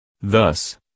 Thus